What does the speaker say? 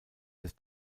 des